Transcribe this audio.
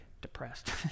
depressed